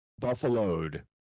buffaloed